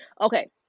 Okay